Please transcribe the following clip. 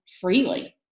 freely